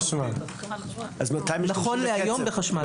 נכון להיות בחשמל.